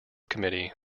committee